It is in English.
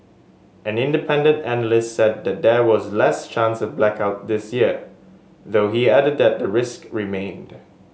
an independent analyst said that there was less chance of blackouts this year though he added that the risk remained